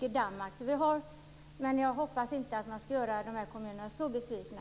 Likadant är det i Danmark. Jag hoppas att man inte skall göra dessa kommuner besvikna.